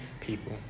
people